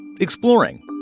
exploring